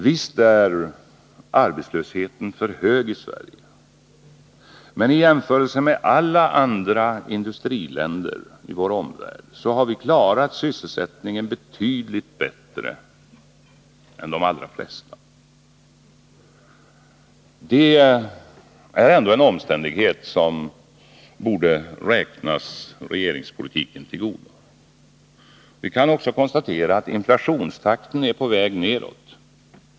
Visst är arbetslösheten för hög i Sverige, men i jämförelse med alla andra industriländer i vår omvärld har vårt land klarat sysselsättningen betydligt bättre än de flesta. Det är ändå en omständighet som borde räknas regeringspolitiken till godo. Vi kan också konstatera att inflationstakten är på väg nedåt.